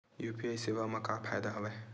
UPI सेवा मा का फ़ायदा हवे?